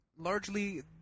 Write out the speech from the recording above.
Largely